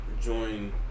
join